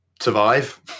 survive